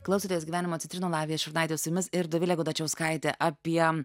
klausotės gyvenimo citrinų lavija šurnaitė su jumis ir dovilė gudačiauskaitė apie